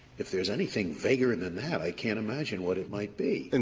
if there's anything vaguer and than that i can't imagine what it might be. and